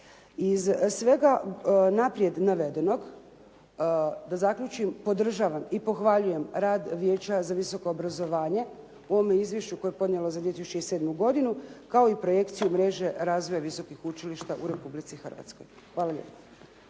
Iz svega naprijed navedenog da zaključim, podržavam i pohvaljujem rad Vijeća za visoko obrazovanje u ovome izvješću koje je podnijelo za 2007. godinu kao i projekciju mreže razvoja visokih učilišta u Republici Hrvatskoj. Hvala lijepo.